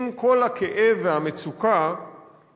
עם כל הכאב והמצוקה,